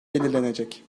belirlenecek